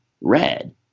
red